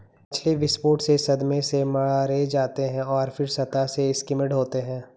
मछली विस्फोट से सदमे से मारे जाते हैं और फिर सतह से स्किम्ड होते हैं